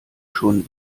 schon